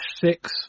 Six